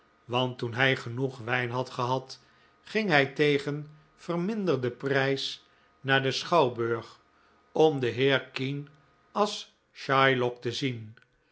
want toen hij genoeg wijn had gehad ging hij tegen verminderden prijs naar den schouwburg om den heer kean als shylock te zien